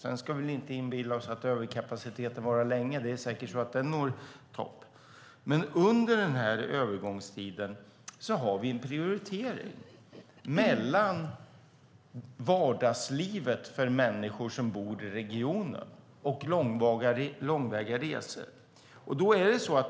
Sedan ska vi inte inbilla oss att överkapaciteten varar länge. Den når säkert en topp. Men under övergångstiden sker en prioritering mellan vardagsliv för de människor som bor i regionen och långväga resor.